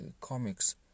comics